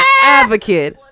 advocate